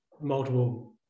multiple